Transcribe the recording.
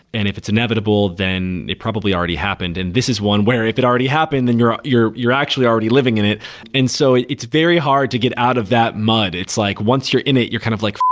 and if it's inevitable, then it probably already happened, and this is one where if it already happened then you're you're actually already living in it and so it it's very hard to get out of that mud. it's like, once you're in it, you're kind of like,